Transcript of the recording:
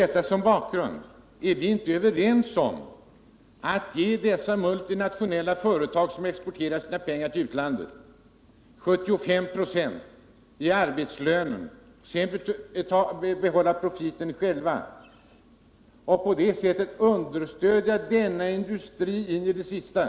Vi kan inte gå med på att ge multinationella företag 75 96 av de arbetslöner som betalas ut, när de för ut pengar ur landet och själva behåller profiten. Vi skall inte understödja sådan industri in i det sista.